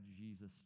Jesus